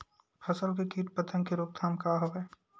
फसल के कीट पतंग के रोकथाम का का हवय?